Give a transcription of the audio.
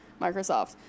microsoft